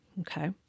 okay